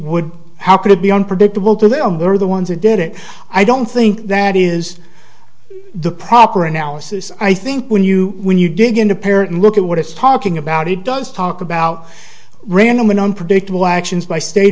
would how could it be unpredictable to them were the ones that did it i don't think that is the proper analysis i think when you when you dig into parrot and look at what it's talking about it does talk about random and unpredictable actions by state